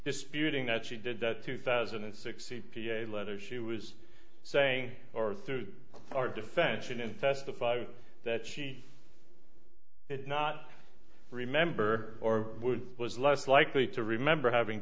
disputing that she did that two thousand and six e p a letter she was saying or through our defense in and testify that she did not remember or would was less likely to remember having